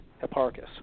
Hipparchus